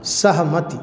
सहमति